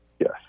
yes